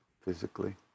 physically